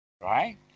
right